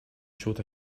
showed